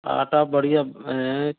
आटा बढ़िया है